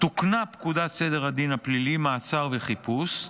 תוקנה פקודת סדר הדין הפלילי (מעצר וחיפוש),